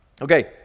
Okay